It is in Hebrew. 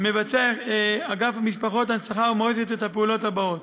מבצע אגף משפחות, הנצחה ומורשת את הפעולות האלה: